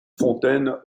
fontaine